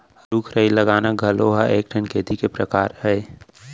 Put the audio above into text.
रूख राई लगाना घलौ ह एक ठन खेती के परकार अय